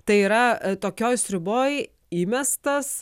tai yra tokioj sriuboj įmestas